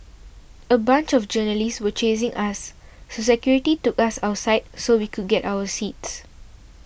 a bunch of journalists were chasing us so security took us outside so we could get our seats